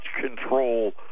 control